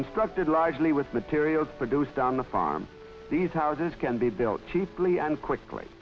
constructed largely with materials produced on the farm these houses can be built cheaply and quickly